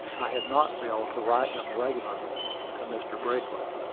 i had not failed to write them regularly to mr. brickland,